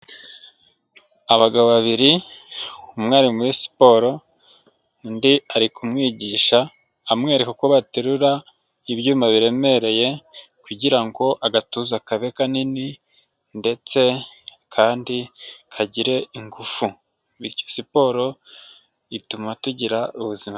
Abagabo babiri umwe ari muri siporo undi ari kumwigisha, amwereka uko baterura ibyuma biremereye, kugira ngo agatuza kabe kanini, ndetse kandi kagire ingufu, bityo siporo ituma tugira ubuzima bwiza.